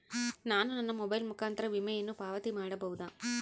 ನಾನು ನನ್ನ ಮೊಬೈಲ್ ಮುಖಾಂತರ ವಿಮೆಯನ್ನು ಪಾವತಿ ಮಾಡಬಹುದಾ?